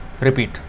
repeat